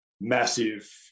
massive